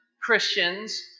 Christians